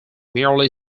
merely